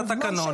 זה התקנון.